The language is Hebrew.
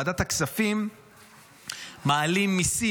בוועדת הכספים מעלים מיסים,